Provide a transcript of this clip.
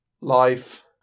Life